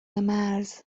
مرز